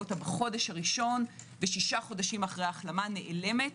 אותה בחודש הראשון ושישה חודשים אחרי ההחלמה נעלמת.